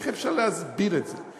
איך אפשר להסביר את זה?